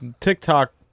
TikTok